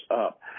up